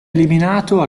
eliminato